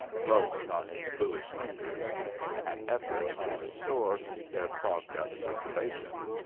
blowing on his bluish fingers in an effort to restore their clogged-up circulation.